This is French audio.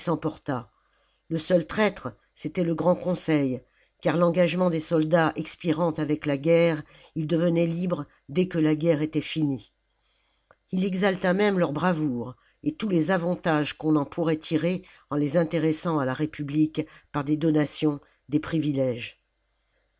s'emporta le seul traître c'était le grand conseil car l'engagement des soldats expirant avec la guerre ils devenaient libres dès que la guerre était finie il exalta même leur bravoure et tous les avantages qu'on en pourrait tirer en les intéressant à la république par des donations des privilèges